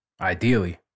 Ideally